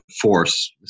force